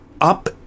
up